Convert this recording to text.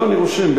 אני רושם,